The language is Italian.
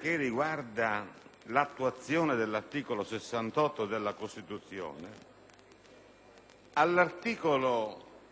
che riguarda l'attuazione dell'articolo 68 della Costituzione, all'articolo 3